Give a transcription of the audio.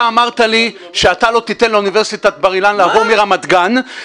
אתה אמרת לי שאתה לא תיתן לאוניברסיטת בר אילן לעבור מרמת גן --- מה?